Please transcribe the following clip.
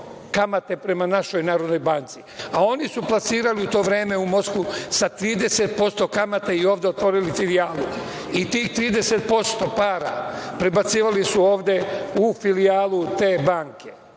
kamate prema našoj Narodnoj banci, a oni su plasirali u to vreme u Moskvu sa 30% kamate i ovde otvorili filijalu i tih 30% para prebacivali su ovde u filijalu te banke. Znači,